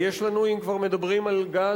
אם כבר מדברים על גז,